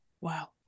Wow